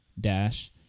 dash